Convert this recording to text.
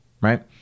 right